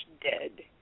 dead